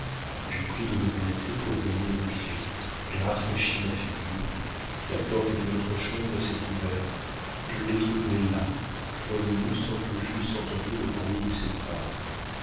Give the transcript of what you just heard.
j'ai pris de l'eau glacée pour baigner mes yeux j'ai rafraîchi ma figure la porte de notre chambre s'est ouverte je l'ai trouvé là revenu sans que j'eusse entendu le bruit de ses pas